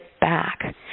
back